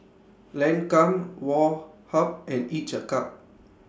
Lancome Woh Hup and Each A Cup